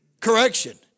correction